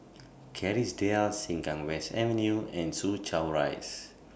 Kerrisdale Sengkang West Avenue and Soo Chow Rise